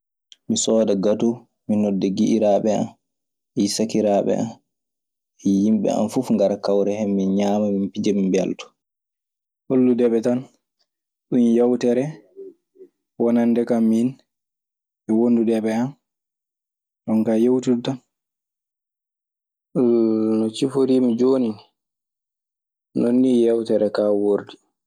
Mi sooda gato min e giƴiraaɓe an e sakiraaɓe an e yimɓe an fof ngara kawra hen. Min ñaama min pija min mbeltoo. Holludeɓe tan ɗum yewtere wonande kam min e wondudeɓe am, jonkaa yewtude tan. No ciforiimi jooni nii non nii yewtere kaa woordi.